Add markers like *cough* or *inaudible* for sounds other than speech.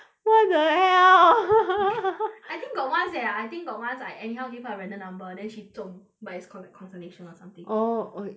what the hell *laughs* I think got once eh I think got once I anyhow give her a random number then she 中 but it's collec~ consolation or something orh